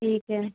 ठीक है